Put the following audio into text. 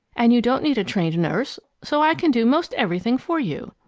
and you don't need a trained nurse, so i can do most everything for you.